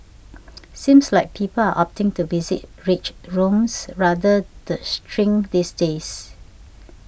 seems like people are opting to visit rage rooms rather the shrink these days